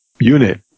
unit